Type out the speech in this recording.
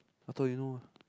I thought you know ah